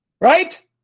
Right